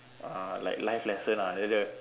uh like life lesson lah like the